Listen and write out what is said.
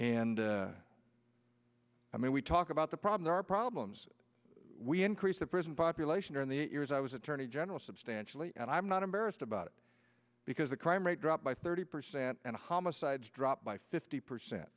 and i mean we talk about the problem there are problems we increase the prison population in the years i was attorney general substantially and i'm not embarrassed about it because the crime rate dropped by thirty percent and homicides dropped by fifty percent